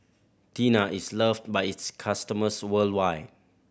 Tena is loved by its customers worldwide